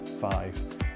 five